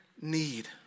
need